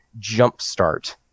jumpstart